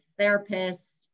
therapists